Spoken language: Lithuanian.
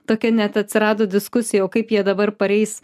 tokia net atsirado diskusija kaip jie dabar pareis